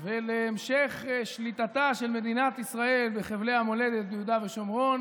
ולהמשך שליטתה של מדינת ישראל בחבלי המולדת יהודה ושומרון